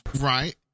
Right